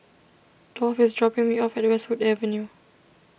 Dolph is dropping me off at Westwood Avenue